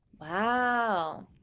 Wow